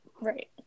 Right